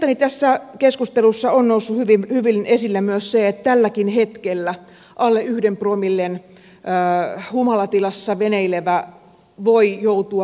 mielestäni tässä keskustelussa on noussut hyvin esille myös se että tälläkin hetkellä alle yhden promillen humalatilassa veneilevä voi joutua rikosseuraamusten piiriin